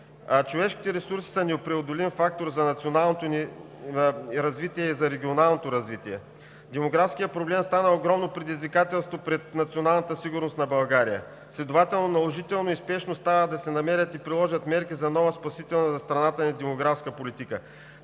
Човешките ресурси са непреодолим фактор за националното и за регионалното ни развитие. Демографският проблем стана огромно предизвикателство пред националната сигурност на България. Следователно наложително и спешно стана да се намерят и приложат мерки за нова спасителна за страната ни демографска политика.